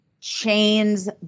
chains